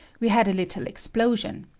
we had a little explo sion.